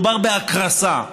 מדובר בהקרסה,